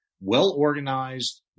well-organized